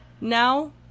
now